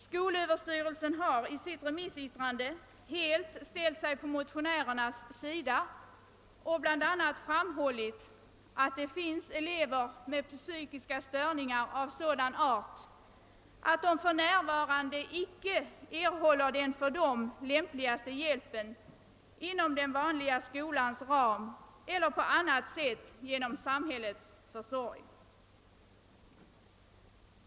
Skolöverstyrelsen har i sitt remissyttrande helt ställt sig på motionärernas sida och bl.a. framhållit, att det finns elever med psykiska störningar av sådan art, att de för närvarande icke erhåller den för dem lämpligaste hjälpen inom den vanliga skolans ram eller på annat sätt genom samhällets försorg.